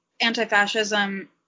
Anti-fascism